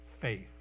faith